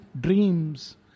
dreams